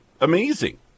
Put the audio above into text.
amazing